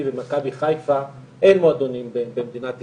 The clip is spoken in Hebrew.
ומכבי חיפה אין מועדונים במדינת ישראל,